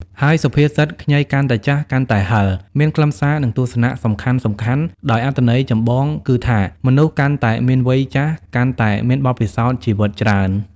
ហើយសុភាសិត ខ្ញីកាន់តែចាស់ កាន់តែហឹរ មានខ្លឹមសារ និងទស្សនៈសំខាន់ៗដោយ អត្ថន័យចម្បងគឺថា មនុស្សកាន់តែមានវ័យចាស់ កាន់តែមានបទពិសោធន៍ជីវិតច្រើន។